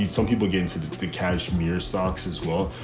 some people get into the the cashmere socks as well,